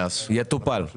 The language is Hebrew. אני אפנה אליהם שו ב.